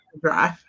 drive